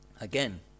Again